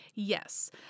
Yes